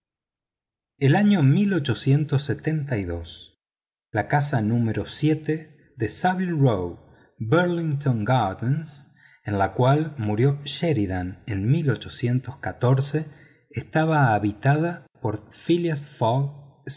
el año la casa número de saville row burlington gardens donde murió sheridan en estaba habitada por phileas